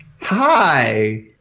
Hi